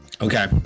Okay